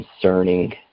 concerning